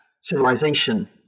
civilization